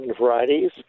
varieties